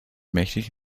mächtig